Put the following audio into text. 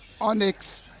Onyx